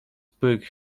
pugh